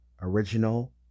original